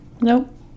Nope